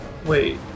Wait